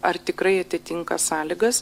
ar tikrai atitinka sąlygas